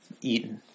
eaten